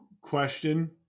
question